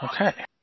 Okay